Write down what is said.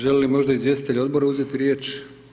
Žele li možda izvjestitelji odbora uzeti riječ?